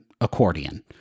accordion